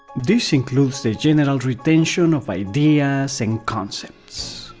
this includes the general retention of ideas and concepts.